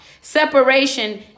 Separation